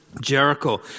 Jericho